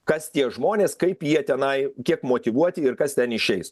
kas tie žmonės kaip jie tenai kiek motyvuoti ir kas ten išeis